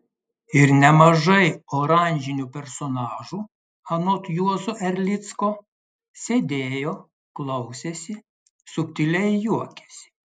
ir nemažai oranžinių personažų anot juozo erlicko sėdėjo klausėsi subtiliai juokėsi